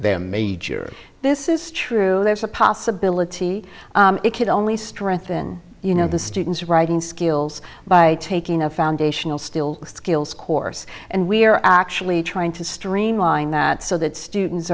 them major this is true there's a possibility it could only strengthen you know the students writing skills by taking a foundational still skills course and we're actually trying to streamline that so that students